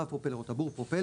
להב הפרופלר או טבור הפרופלר,